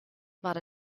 about